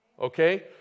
Okay